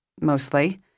mostly